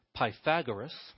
Pythagoras